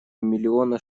миллиона